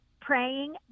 praying